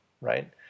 right